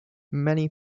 many